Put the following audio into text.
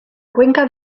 cuenca